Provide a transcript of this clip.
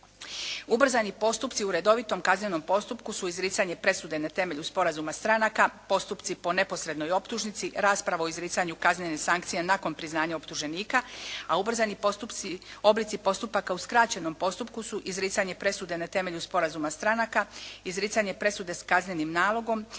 Ubrzani postupci u redovitom kaznenom postupku su izricanje presude na temelju sporazuma stranaka, postupci po neposrednoj optužnici, rasprava o izricanju kaznene sankcije nakon priznanja optuženika. A ubrzani postupci, oblici postupaka u skraćenom postupku su: izricanje presude na temelju sporazuma stranaka, izricanje presude s kaznenim nalogom,